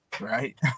Right